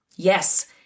Yes